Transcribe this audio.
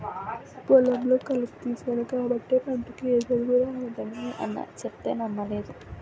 పొలంలో కలుపు తీసేను కాబట్టే పంటకి ఏ తెగులూ రానేదని మీ అన్న సెప్తే నమ్మలేదు